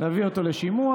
להביא אותו לשימוע,